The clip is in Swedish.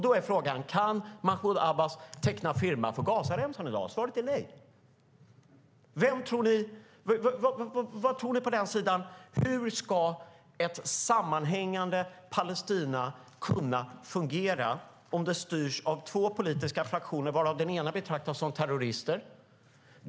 Då är frågan: Kan Mahmud Abbas teckna firma för Gazaremsan i dag? Svaret är nej. Hur ska ett sammanhängande Palestina kunna fungera om det styrs av två politiska fraktioner varav den ena betraktas som en terroristorganisation?